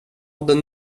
den